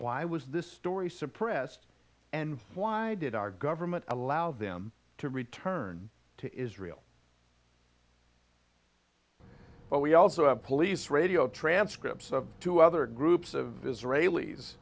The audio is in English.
why was this story suppressed and why did our government allow them to return to israel but we also have police radio transcripts of two other groups of israelis